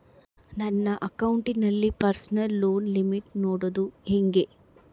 ನನ್ನ ಅಕೌಂಟಿನಲ್ಲಿ personal loan limit ನೋಡದು ಹೆಂಗೆ?